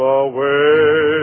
away